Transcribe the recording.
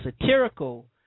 satirical